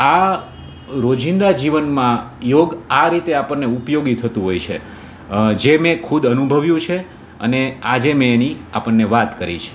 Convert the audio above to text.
આ રોજિંદા જીવનમાં યોગ આ રીતે આપણને ઉપયોગી થતું હોય છે જે મેં ખુદ અનુભવ્યું છે અને આજે મેં એની આપને વાત કરી છે